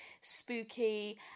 spooky